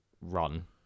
run